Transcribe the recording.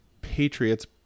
Patriots